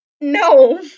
No